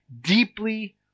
deeply